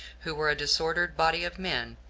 who were a disordered body of men,